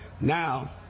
Now